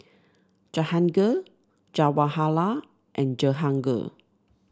Jahangir Jawaharlal and Jehangirr